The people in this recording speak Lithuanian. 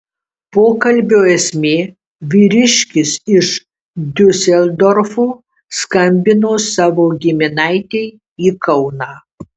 pokalbio esmė vyriškis iš diuseldorfo skambino savo giminaitei į kauną